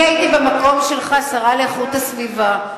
אני הייתי במקום שלך, שרה לאיכות הסביבה.